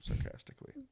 sarcastically